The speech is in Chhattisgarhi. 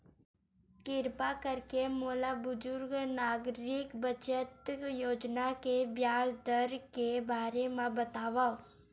किरपा करके मोला बुजुर्ग नागरिक बचत योजना के ब्याज दर के बारे मा बतावव